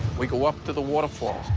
we go up to the waterfalls,